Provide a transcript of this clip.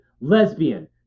lesbian